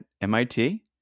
mit